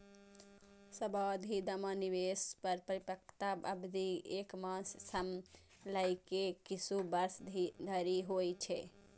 सावाधि जमा निवेश मे परिपक्वता अवधि एक मास सं लए के किछु वर्ष धरि होइ छै